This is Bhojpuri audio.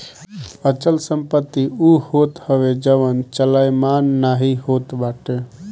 अचल संपत्ति उ होत हवे जवन चलयमान नाइ होत बाटे